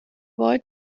boy